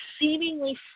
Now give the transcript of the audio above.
seemingly